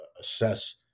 assess